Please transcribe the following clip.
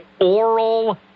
Oral